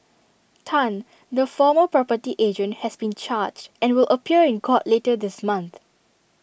Tan the former property agent has been charged and will appear in court later this month